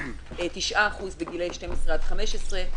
9% בגילי 12 עד 15,